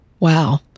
Wow